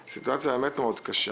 זו סיטואציה באמת קשה מאוד.